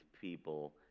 people